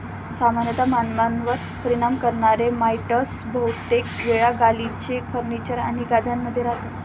सामान्यतः मानवांवर परिणाम करणारे माइटस बहुतेक वेळा गालिचे, फर्निचर आणि गाद्यांमध्ये रहातात